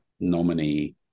nominee